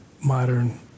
modern